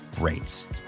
rates